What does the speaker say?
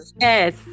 Yes